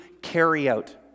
carryout